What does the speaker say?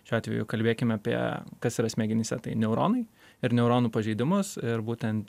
šiuo atveju kalbėkim apie kas yra smegenyse tai neuronai ir neuronų pažeidimus ir būtent